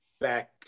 back